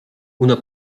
una